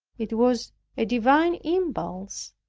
it was a divine impulse,